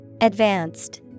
Advanced